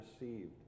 received